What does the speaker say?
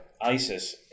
ISIS